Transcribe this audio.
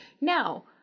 Now